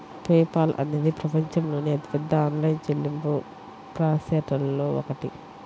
pay Paul అనేది ప్రపంచంలోని అతిపెద్ద ఆన్లైన్ చెల్లింపు ప్రాసెసర్లలో ఒకటి